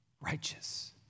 righteous